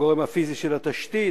הגורם הפיזי של התשתית,